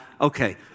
okay